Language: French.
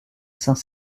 saint